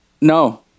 No